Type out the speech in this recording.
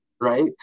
right